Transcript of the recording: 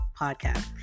Podcast